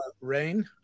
Rain